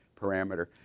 parameter